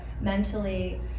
mentally